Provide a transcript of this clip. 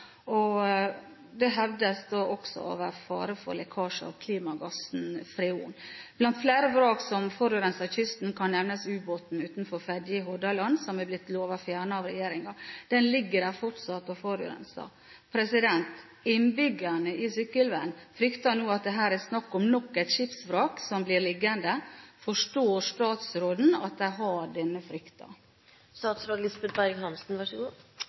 Det hevdes også å være fare for lekkasjer av klimagassen freon. Blant flere vrak som forurenser kysten, kan nevnes ubåten utenfor Fedje i Hordaland, som er blitt lovet fjernet av regjeringen. Den ligger der fortsatt og forurenser. Innbyggerne i Sykkylven frykter nå at det her er snakk om nok et skipsvrak som blir liggende. Forstår statsråden at de har denne